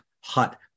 Hot